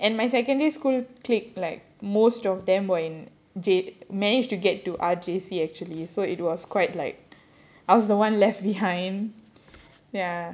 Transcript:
and my secondary school clique like most of them were in j~ managed to get to R_J_C actually so it was quite like I was the one left behind ya